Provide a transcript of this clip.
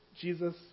Jesus